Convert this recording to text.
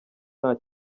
nta